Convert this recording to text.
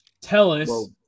Tellus